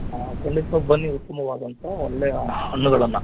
ಹಾಂ ಖಂಡಿತ್ವಾಗಿ ಬನ್ನಿ ಉತ್ತಮವಾದಂಥ ಒಳ್ಳೆಯ ಹಣ್ಣುಗಳನ್ನು